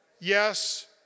Yes